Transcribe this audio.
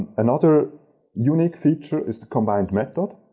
another unique feature is the combined method.